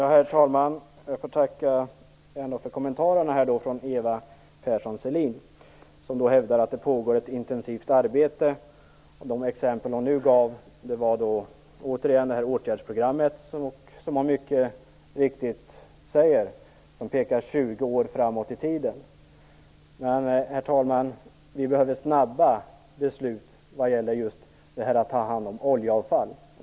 Herr talman! Jag får tacka för kommentarerna från Eva Persson Sellin, som hävdar att det pågår ett intensivt arbete. Ett av de exempel hon gav var det här åtgärdsprogrammet, som pekar 20 år framåt i tiden. Men, herr talman, vi behöver snabba beslut när det gäller just att ta hand om oljeavfall.